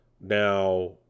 Now